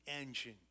engine